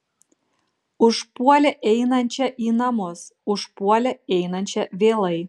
užpuolė einančią į namus užpuolė einančią vėlai